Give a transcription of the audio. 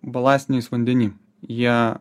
balastiniais vandeny jie